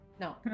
No